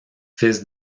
fils